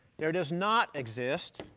there does not exist